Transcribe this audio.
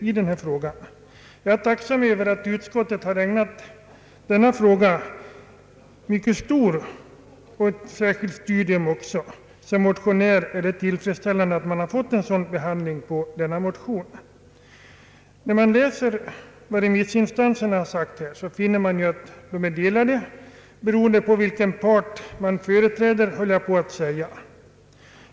Jag är i övrigt tacksam för att utskottet har ägnat denna fråga mycket stort intresse, Det är tillfredsställande att motionen har fått en sådan behandling. När man läser vad remissinstanserna sagt finner man att meningarna är de Ång. planering av bebyggelseområden lade beroende på vilken part vederbörande företräder.